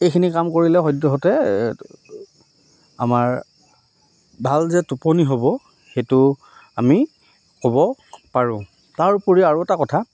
এইখিনি কাম কৰিলে সদ্যহতে আমাৰ ভাল যে টোপনি হ'ব সেইটো আমি ক'ব পাৰোঁ তাৰ উপৰিও আৰু এটা কথা